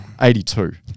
82